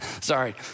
Sorry